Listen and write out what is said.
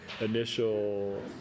initial